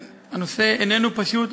הנושא איננו פשוט.